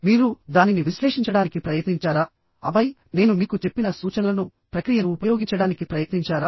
మీరు దానిని విశ్లేషించడానికి ప్రయత్నించారా ఆపై నేను మీకు చెప్పిన సూచనలను ప్రక్రియను ఉపయోగించడానికి ప్రయత్నించారా